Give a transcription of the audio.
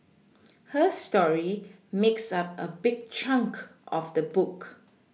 her story makes up a big chunk of the book